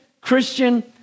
Christian